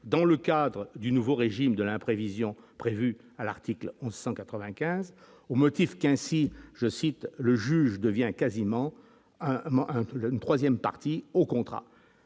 dans le cadre du nouveau régime de l'imprévision prévue à l'article 195 au motif qu'ainsi je cite le juge devient quasiment à un peu le 3ème partie au contrat